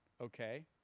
okay